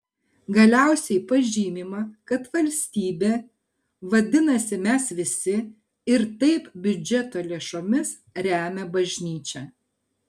galiausiai pažymima kad valstybė vadinasi mes visi ir taip biudžeto lėšomis remia bažnyčią